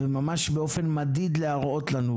וממש באופן מדיד להראות לנו.